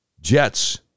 jets